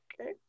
okay